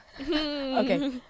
okay